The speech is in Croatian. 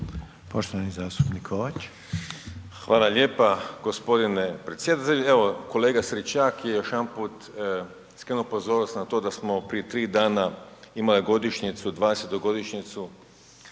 **Kovač, Miro (HDZ)** Hvala lijepa. G. predsjedatelju, evo kolega Stričak je još jedanput skrenuo pozornost na to da smo prije 3 dana imali godišnjicu, 20. godišnjicu